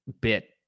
bit